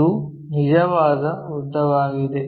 ಇದು ನಿಜವಾದ ಉದ್ದವಾಗಿದೆ